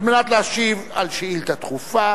על מנת להשיב על שאילתא דחופה